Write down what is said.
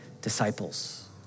Disciples